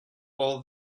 all